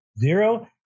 Zero